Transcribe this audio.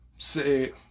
say